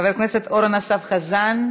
חבר הכנסת אורן אסף חזן,